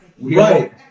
Right